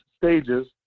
stages